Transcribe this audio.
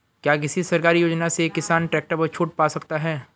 क्या किसी सरकारी योजना से किसान ट्रैक्टर पर छूट पा सकता है?